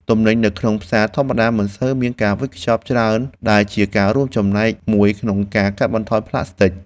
ទំនិញនៅក្នុងផ្សារធម្មតាមិនសូវមានការវេចខ្ចប់ច្រើនដែលជាការរួមចំណែកមួយក្នុងការកាត់បន្ថយប្លាស្ទិក។